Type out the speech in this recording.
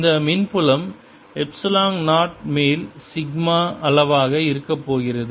இந்த மின்புலம் எப்ஸிலான் 0 மேல் சிக்மா அளவாக இருக்க போகிறது